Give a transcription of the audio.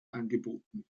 angeboten